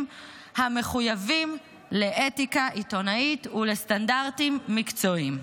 המחויבים לאתיקה עיתונאית ולסטנדרטים מקצועיים.